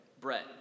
Brett